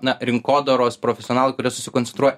na rinkodaros profesionalai kurie susikoncentruoja